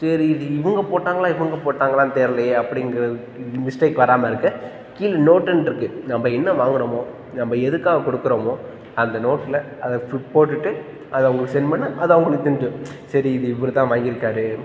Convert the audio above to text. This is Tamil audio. சரி இது இவங்க போட்டாங்களா இவங்க போட்டாங்களானு தெரியலையே அப்படிங்கிறது மிஸ்டேக் வராமல் இருக்க கீழே நோட்டுன்னு இருக்குது நம்ம என்ன வாங்கினமோ நம்ம எதுக்காகக் கொடுக்கறமோ அந்த நோட்டில் அதை ஃபுட் போட்டுவிட்டு அதை அவங்களுக்கு சென்ட் பண்ணால் அது அவங்களுக்கு தெரிஞ்சுரும் சரி இது இவரு தான் வாங்கியிருக்காரு